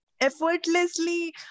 effortlessly